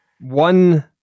one